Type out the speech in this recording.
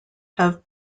have